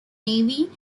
navy